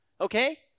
Okay